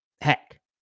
heck